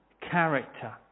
character